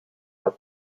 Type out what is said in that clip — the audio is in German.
von